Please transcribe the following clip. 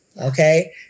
Okay